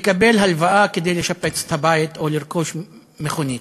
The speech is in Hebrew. לקבל הלוואה כדי לשפץ את הבית או לרכוש מכונית.